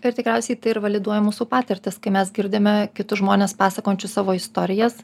ir tikriausiai tai ir validuoja mūsų patirtis kai mes girdime kitus žmones pasakojančius savo istorijas